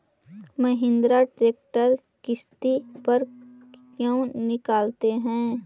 Mahindra tractor किसति पर क्यों निकालते हैं?